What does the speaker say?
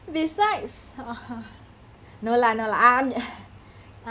besides (uh huh) no lah no lah I'm